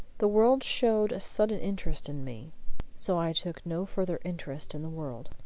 the world showed a sudden interest in me so i took no further interest in the world,